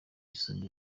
isumba